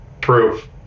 proof